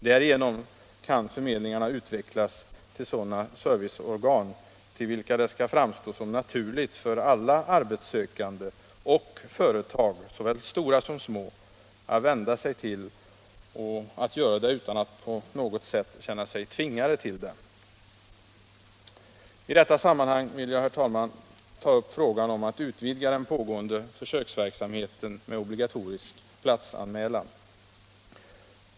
Därigenom kan förmedlingarna utvecklas till sådana serviceorgan, vilka det framstår som naturligt för alla arbetssökande och företag — såväl stora som små — att vända sig till, utan att på något sätt känna sig tvingade till det! I detta sammanhang skall jag, herr talman, ta upp frågan om att utvidga den pågående försöksverksamheten med obligatorisk platsanmälan.